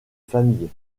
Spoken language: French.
familles